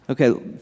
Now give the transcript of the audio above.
Okay